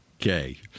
Okay